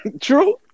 True